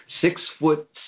Six-foot